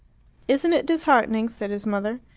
isn't it disheartening? said his mother.